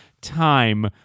time